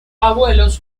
abuelos